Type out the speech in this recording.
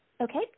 Okay